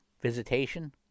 visitation